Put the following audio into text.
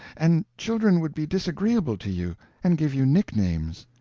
and children would be disagreeable to you, and give you nicknames.